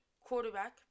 quarterback